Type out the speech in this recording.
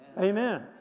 Amen